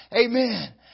Amen